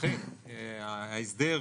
אכן ההסדר,